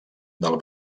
del